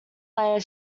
layer